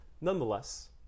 nonetheless